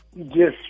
Yes